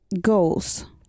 goals